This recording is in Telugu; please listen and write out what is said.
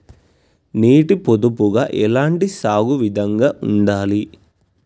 నీటి పొదుపుగా ఎలాంటి సాగు విధంగా ఉండాలి?